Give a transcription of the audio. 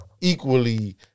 Equally